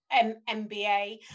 mba